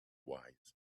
wise